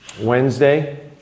wednesday